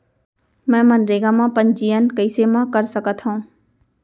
मैं मनरेगा म पंजीयन कैसे म कर सकत हो?